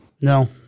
no